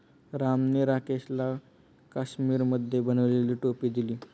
रामने राकेशला काश्मिरीमध्ये बनवलेली टोपी दिली